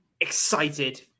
excited